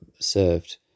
served